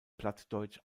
plattdeutsch